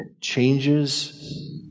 changes